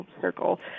circle